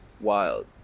wild